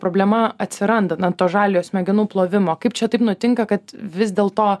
problema atsiranda na to žaliojo smegenų plovimo kaip čia taip nutinka kad vis dėlto